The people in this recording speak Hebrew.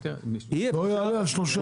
לא יעלה על שלושה.